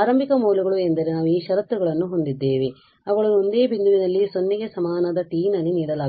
ಆರಂಭಿಕ ಮೌಲ್ಯಗಳು ಎಂದರೆ ನಾವು ಈ ಷರತ್ತುಗಳನ್ನು ಹೊಂದಿದ್ದೇವೆ ಅವುಗಳನ್ನು ಒಂದೇ ಬಿಂದುವಿನಲ್ಲಿ 0 ಗೆ ಸಮನಾದ t ನಲ್ಲಿ ನೀಡಲಾಗುತ್ತದೆ